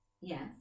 Yes